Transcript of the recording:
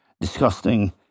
disgusting